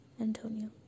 Antonio